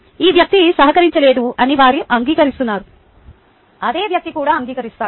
ఈ వ్యక్తి సహకరించలేదని వారు అంగీకరిస్తున్నారు అదే వ్యక్తి కూడా అంగీకరిస్తాడు